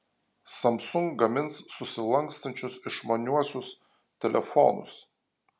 samsung gamins susilankstančius išmaniuosius telefonus